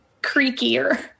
creakier